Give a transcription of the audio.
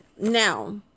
now